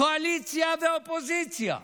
קואליציה ואופוזיציה.